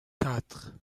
quatre